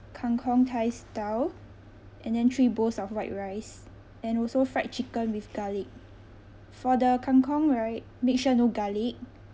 kang kong thai style and then three bowls of white rice and also fried chicken with garlic for the kang kong right make sure no garlic